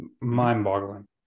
Mind-boggling